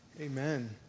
Amen